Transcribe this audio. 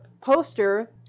poster